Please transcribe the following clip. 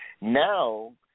Now